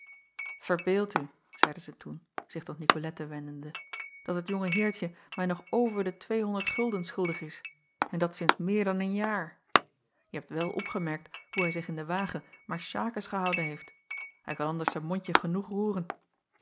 erbeeld u zeide zij toen zich tot icolette wendende dat dat jonge eertje mij nog over de tweehonderd gulden schuldig is en dat sinds meer dan een jaar je hebt wel opgemerkt hoe hij zich in den wagen maar sjakes gehouden heeft hij kan anders zijn mondje genoeg roeren